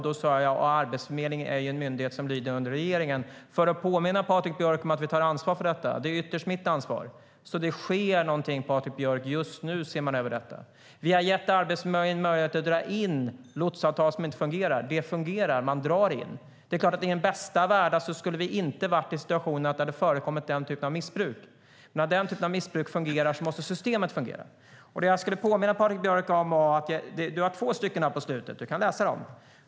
Jag sade att Arbetsförmedlingen är en myndighet som lyder under regeringen för att påminna Patrik Björck om att vi tar ansvar för detta. Det är ytterst mitt ansvar. Det sker alltså något, Patrik Björck. Just nu ser man över detta. Vi har gett Arbetsförmedlingen möjlighet att dra in lotsavtal som inte fungerar. Det har verkligen gjorts. I den bästa av världar skulle vi inte ha varit i en situation där det förekommer den typen av missbruk, men när det nu förekommer måste systemet fungera. Jag ska påminna Patrik Björck om de två stycken som står sist i det skrivna svaret.